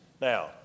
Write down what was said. Now